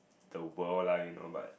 the world lah you know but